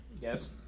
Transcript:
Yes